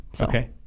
Okay